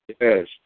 Yes